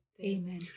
Amen